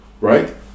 right